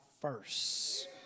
first